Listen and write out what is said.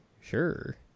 sure